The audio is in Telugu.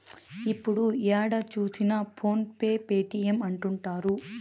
ఇప్పుడు ఏడ చూసినా ఫోన్ పే పేటీఎం అంటుంటారు